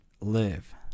live